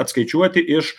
atskaičiuoti iš